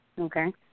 Okay